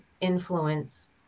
influence